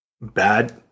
bad